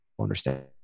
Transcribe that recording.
understand